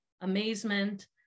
amazement